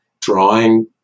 drawing